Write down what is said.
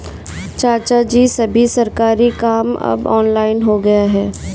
चाचाजी, सभी सरकारी काम अब ऑनलाइन हो गया है